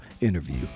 interview